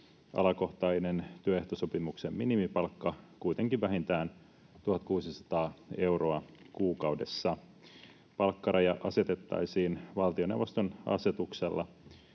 alakohtainen työehtosopimuksen minimipalkka, kuitenkin vähintään 1 600 euroa kuukaudessa. Palkkaraja asetettaisiin valtioneuvoston asetuksella,